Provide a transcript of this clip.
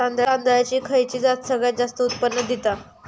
तांदळाची खयची जात सगळयात जास्त उत्पन्न दिता?